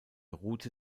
rute